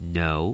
no